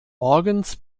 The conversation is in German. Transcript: morgens